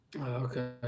Okay